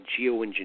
geoengineering